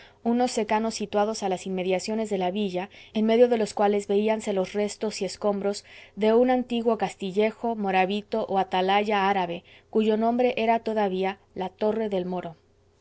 unos secanos situados a las inmediaciones de la villa en medio de los cuales veíanse los restos y escombros de un antiguo castillejo morabito o atalaya árabe cuyo nombre era todavía la torre del moro